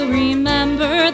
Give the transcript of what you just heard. remember